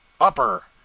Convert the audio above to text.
Upper